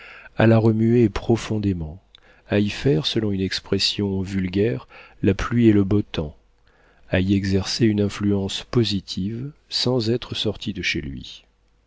la remuer profondément à y faire selon une expression vulgaire la pluie et le beau temps à y exercer une influence positive sans être sorti de chez lui